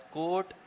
court